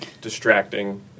distracting